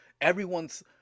Everyone's